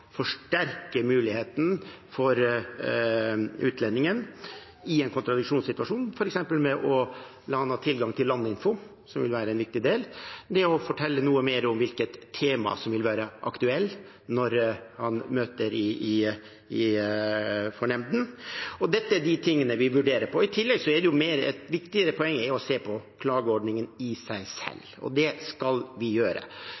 forsterke muligheten for utlendingen i en kontradiksjonssituasjon, f.eks. med å la han ha tilgang til landinfo, noe som vil være en viktig del – det å fortelle noe mer om hvilket tema som vil være aktuelt når han møter for nemnden. Dette er de tingene vi vurderer. Et viktigere poeng er å se på klageordningen i seg selv, og det skal vi gjøre.